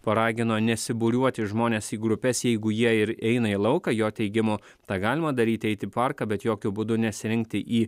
paragino nesibūriuoti žmones į grupes jeigu jie ir eina į lauką jo teigimu tą galima daryt eit parką bet jokiu būdu nesirinkti į